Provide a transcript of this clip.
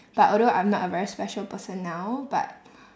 but although I'm not a very special person now but